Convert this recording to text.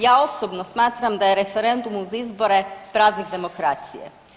Ja osobno smatram da je referendum uz izbore praznik demokracije.